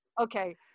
Okay